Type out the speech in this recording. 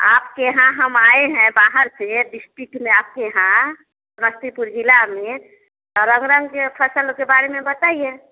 आपके यहाँ हम आए हैं बाहर से डिस्टिक में आपके यहाँ समस्तीपुर जिला में तो रंग रंग के फसलों के बारे में बताइए